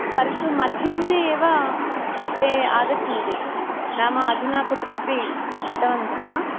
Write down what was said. परन्तु मध्याह्ने एव ते आगच्छन्ति नाम अधुना कुत्रापि गतवन्तः